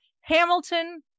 Hamilton